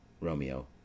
Romeo